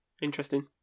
Interesting